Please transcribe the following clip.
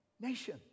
nation